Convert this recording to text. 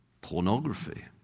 pornography